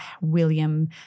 William